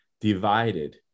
divided